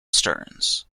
stearns